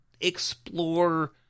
explore